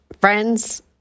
Friends